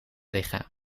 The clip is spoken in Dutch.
lichaam